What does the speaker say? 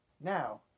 Now